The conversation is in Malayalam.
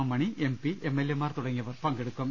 M Mani M P M L A മാർ തുടങ്ങിയവർ പങ്കെടുക്കും